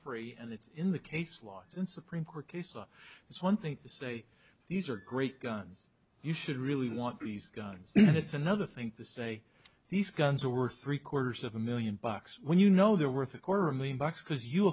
takfiri and it's in the case lies in supreme court case it's one thing to say these are great guns you should really want these guns and it's another thing to say these guns are worth three quarters of a million bucks when you know they're worth a quarter million bucks because you